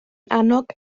annog